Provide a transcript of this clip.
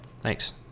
Thanks